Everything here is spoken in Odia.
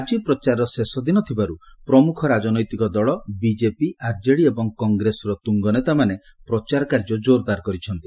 ଆଜି ପ୍ରଚାରର ଶେଷ ଦିନ ହେଉଥିବାରୁ ପ୍ରମୁଖ ରାଜନୈତିକ ଦଳ ବିକେପି ଆର୍ଜେଡି ଏବଂ କଂଗ୍ରେସର ତୁଙ୍ଗନେତାମାନେ ପ୍ରଚାର କାର୍ଯ୍ୟ ଜୋର୍ଦାର୍ କରିଛନ୍ତି